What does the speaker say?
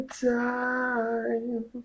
time